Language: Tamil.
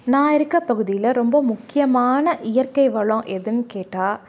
நான் இருக்க பகுதியில் ரொம்ப முக்கியமான இயற்கை வளம் எதுன்னு கேட்டால்